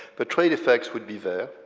but trade effects would be there.